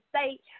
state